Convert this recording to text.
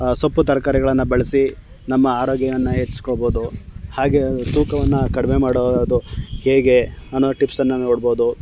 ಸೊಪ್ಪು ತರಕಾರಿಗಳನ್ನು ಬಳಸಿ ನಮ್ಮ ಆರೋಗ್ಯವನ್ನು ಹೆಚ್ಚಿಸ್ಕೋಬೋದು ಹಾಗೇ ತೂಕವನ್ನು ಕಡಿಮೆ ಮಾಡೋದು ಹೇಗೆ ಅನ್ನೋ ಟಿಪ್ಸನ್ನು ನೋಡ್ಬೋದು